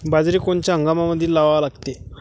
बाजरी कोनच्या हंगामामंदी लावा लागते?